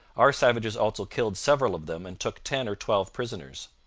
our savages also killed several of them and took ten or twelve prisoners.